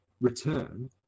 return